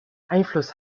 einfluss